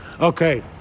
Okay